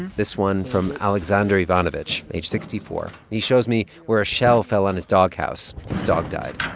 this one from alexander ivanovich, age sixty four. he shows me where a shell fell on his doghouse. his dog died